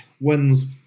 wins